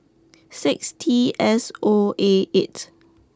six T S O A eight